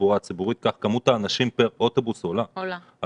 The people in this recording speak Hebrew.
התחבורה הציבורית כך כמות האנשים פר אוטובוס עולה.